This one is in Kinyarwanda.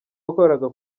wakoraga